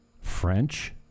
French